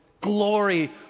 glory